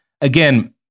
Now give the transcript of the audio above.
again